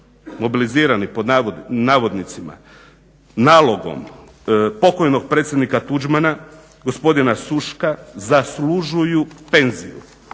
"mobilizirani" nalogom pokojnog predsjednika Tuđmana, gospodin Šuška zaslužuju penziju.